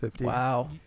Wow